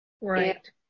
right